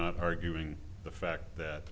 not arguing the fact that